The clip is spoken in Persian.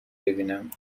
ببینم